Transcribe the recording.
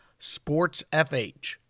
sportsfh